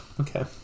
okay